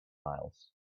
miles